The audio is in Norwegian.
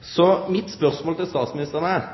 Så mitt spørsmål til statsministeren er: